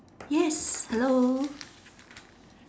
yes hello